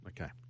Okay